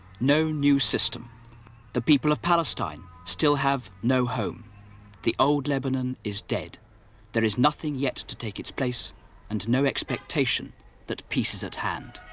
no new system the people of palestine still have no home the old lebanon is dead there is nothing yet to take its place and no expectation that peace is at